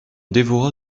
dévora